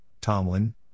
Tomlin